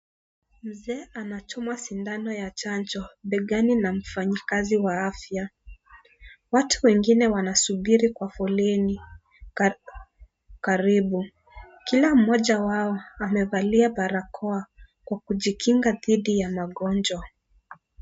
Mzee anachomwa sindani ya chanjo begani na mfanyikazi wa afya. Watu wengine wanasubiri kwa foleni karibu. Kila moja wao amevalia barakoa kwa kujikinga dhidi ya magonjwa.